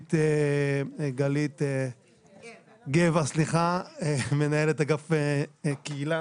גלית גבע, מנהלת אגף קהילה